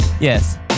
Yes